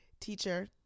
teacher